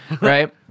Right